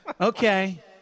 okay